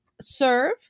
serve